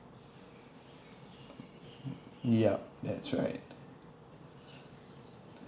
yup that's right